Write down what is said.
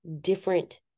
different